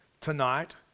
tonight